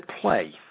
play